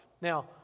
Now